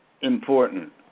important